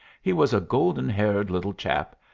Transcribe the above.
he was a golden-haired little chap,